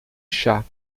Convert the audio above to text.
chá